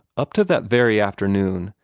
up to that very afternoon,